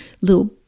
little